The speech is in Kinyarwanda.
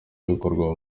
bikorwa